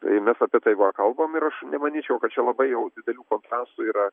tai mes apie tai va kalbam ir aš nemanyčiau kad čia labai jau didelių kontrastų yra